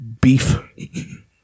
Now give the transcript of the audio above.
beef